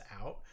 out